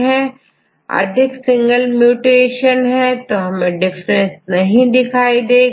यदि single mutation है तो हमें डिफरेंस नहीं दिखाई देगा